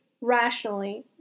rationally